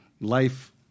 life